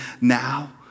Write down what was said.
now